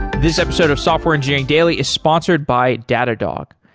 this episode of software engineering daily is sponsored by datadog.